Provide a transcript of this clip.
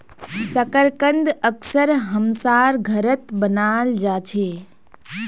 शकरकंद अक्सर हमसार घरत बनाल जा छे